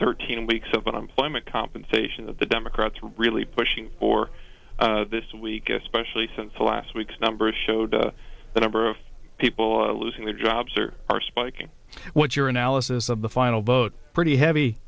thirteen weeks of unemployment compensation that the democrats really pushing for this week especially since last week's numbers showed the number of people losing their jobs or are spiking what's your analysis of the final vote pretty heavy